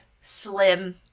slim